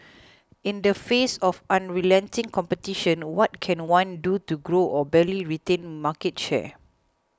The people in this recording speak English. in the face of unrelenting competition what can one do to grow or barely retain market share